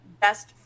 best